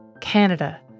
Canada